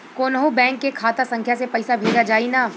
कौन्हू बैंक के खाता संख्या से पैसा भेजा जाई न?